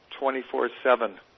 24-7